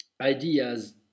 ideas